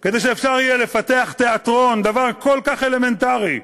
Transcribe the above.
כדי שאפשר יהיה לפתח תיאטרון, דבר כל כך אלמנטרי,